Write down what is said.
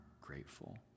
grateful